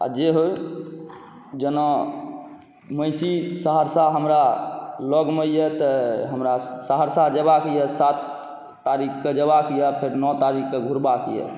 आब जे होइ जेना महिषी सहरसा हमरालगमे अइ तऽ हमरा सहरसा जेबाके अइ सात तारीखके जेबाक अइ फेर नओ तारीखके घुरबाके अइ